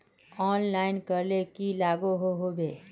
Online करले की लागोहो होबे?